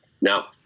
Now